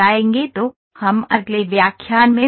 तो हम अगले व्याख्यान में मिलते हैं